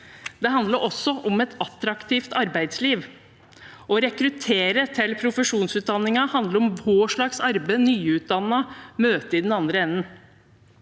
Det handler også om et attraktivt arbeidsliv. Å rekruttere til profesjonsutdanningene handler om hva slags arbeid en nyutdannet møter i den andre enden.